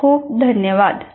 खूप खूप धन्यवाद